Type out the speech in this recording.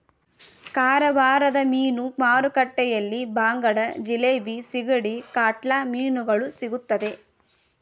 ಕಾರವಾರದ ಮೀನು ಮಾರುಕಟ್ಟೆಯಲ್ಲಿ ಬಾಂಗಡ, ಜಿಲೇಬಿ, ಸಿಗಡಿ, ಕಾಟ್ಲಾ ಮೀನುಗಳು ಸಿಗುತ್ತದೆ